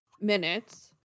minutes